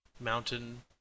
mountain